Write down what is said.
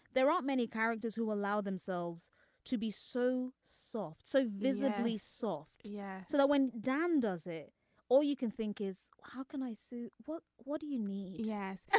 there aren't many characters who allow themselves to be so soft so visibly soft. yeah. so that when dan does it all you can think is how can i see. what what do you need yes.